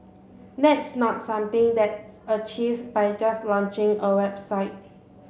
that's not something that's achieved by just launching a website